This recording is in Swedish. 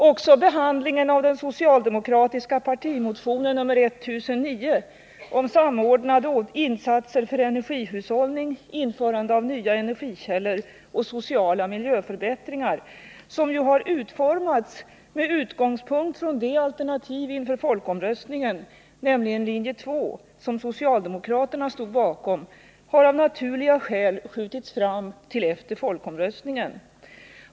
Också behandlingen av den socialdemokratiska partimotionen nr 1009 om samordnade insatser för energihushållning, införande av nya energikällor och sociala miljöförbättringar, som ju har utformats med utgångspunkt i det alternativ inför folkomröstningen — nämligen linje 2— som socialdemokraterna stod bakom, har av naturliga skäl skjutits fram till efter folkomröstningen.